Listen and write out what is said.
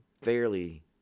fairly